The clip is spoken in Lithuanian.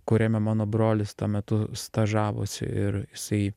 kuriame mano brolis tuo metu stažavosi ir jisai